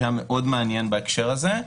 שהיה מאוד מעניין בהקשר הזה,